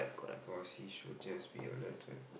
because he should just be alert